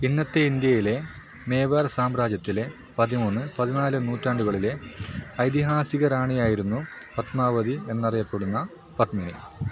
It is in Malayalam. ഇന്നത്തെ ഇൻഡ്യയിലെ മേവാർ സാമ്രാജ്യത്തിലെ പതിമൂന്ന് പതിനാല് നൂറ്റാണ്ടുകളിലെ ഐതിഹാസിക റാണിയായിരുന്നു പത്മാവതി എന്നറിയപ്പെടുന്ന പത്മിനി